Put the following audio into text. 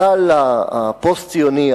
הגל הפוסט-ציוני,